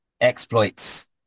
exploits